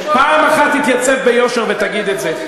פעם אחת תתייצב ביושר ותגיד את זה.